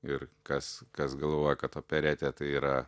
ir kas kas galvoja kad operetė tai yra